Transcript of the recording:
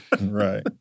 Right